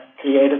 created